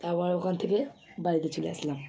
তারপর ওখান থেকে বাড়িতে চলে আসলাম